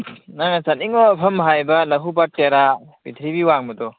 ꯅꯪꯅ ꯆꯠꯅꯤꯡꯕ ꯃꯐꯝ ꯍꯥꯏꯕ ꯂꯐꯨꯄꯥꯠ ꯇꯦꯔꯥ ꯄ꯭ꯔꯤꯊꯤꯕꯤ ꯋꯥꯡꯃꯗꯣ